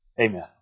Amen